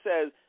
says